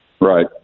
right